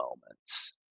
moments